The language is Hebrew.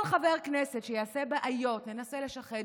כל חבר כנסת שיעשה בעיות, ננסה לשחד